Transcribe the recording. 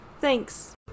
Thanks